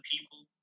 people